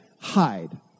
hide